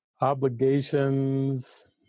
obligations